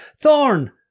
Thorn